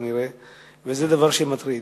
וזה דבר מטריד.